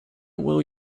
will